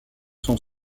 son